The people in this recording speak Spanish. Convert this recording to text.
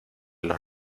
los